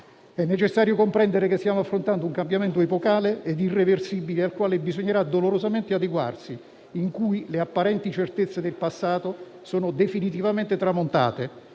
È necessario comprendere che stiamo affrontando un cambiamento epocale e irreversibile, al quale bisognerà dolorosamente adeguarsi, in cui le apparenti certezze del passato sono definitivamente tramontate